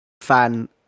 fan